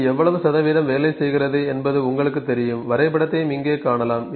இது எவ்வளவு வேலை செய்கிறது என்பது உங்களுக்குத் தெரியும் வரைபடத்தையும் இங்கே காணலாம்